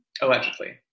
allegedly